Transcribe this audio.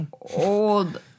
old